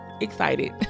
excited